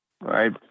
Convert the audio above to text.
Right